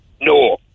No